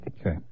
Okay